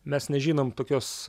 mes nežinom tokios